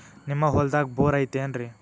ನಿಮ್ಮ ಹೊಲ್ದಾಗ ಬೋರ್ ಐತೇನ್ರಿ?